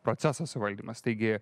proceso suvaldymas taigi